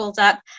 up